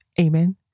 Amen